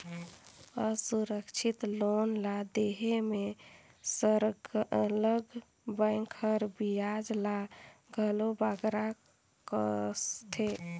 असुरक्छित लोन ल देहे में सरलग बेंक हर बियाज ल घलो बगरा कसथे